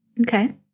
Okay